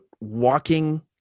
walking